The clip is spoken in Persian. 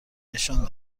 نشان